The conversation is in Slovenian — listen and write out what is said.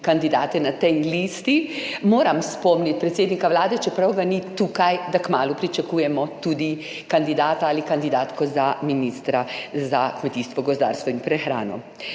kandidate na tej listi. Moram spomniti predsednika Vlade, čeprav ga ni tukaj, da kmalu pričakujemo tudi kandidata ali kandidatko za ministra za kmetijstvo, gozdarstvo in prehrano.